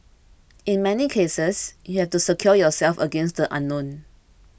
in many cases you have to secure yourself against the unknown